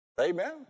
Amen